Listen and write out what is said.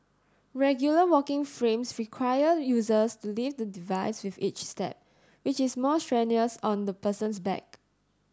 regular walking frames require users to lift the device with each step which is more strenuous on the person's back